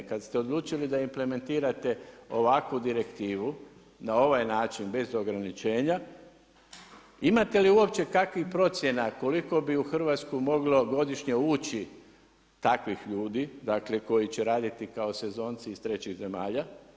Kad ste odlučili da implementirate ovakvu direktivu, na ovaj način, bez ograničenja, imate li uopće kakvih procjena, koliko bi u Hrvatsku moglo godišnje ući takvih ljudi, dakle koji će raditi kao sezonci iz trećih zemalja?